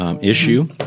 Issue